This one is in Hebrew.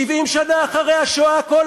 יש שני קניונים שהם פחות או יותר